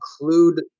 include